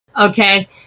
okay